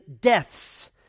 deaths